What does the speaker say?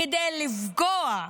כדי לפגוע,